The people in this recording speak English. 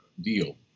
deal